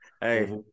Hey